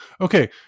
Okay